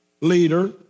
leader